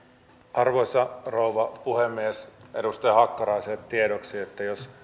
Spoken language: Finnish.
arvoisa rouva puhemies edustaja hakkaraiselle tiedoksi että jos